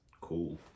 cool